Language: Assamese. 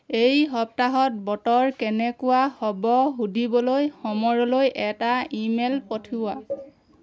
এই সপ্তাহত বতৰ কেনেকুৱা হ'ব সুধিবলৈ সমৰলৈ এটা ইমেইল পঠিওৱা